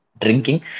drinking